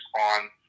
on